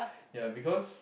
ya because